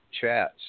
chats